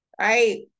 Right